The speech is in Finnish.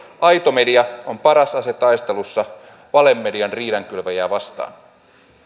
aito media on paras ase taistelussa valemedian riidankylväjiä vastaan